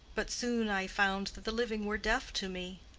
but soon i found that the living were deaf to me.